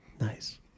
Nice